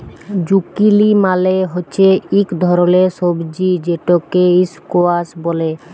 zucchini মালে হচ্যে ইক ধরলের সবজি যেটকে ইসকোয়াস ব্যলে